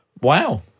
Wow